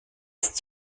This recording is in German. ist